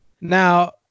Now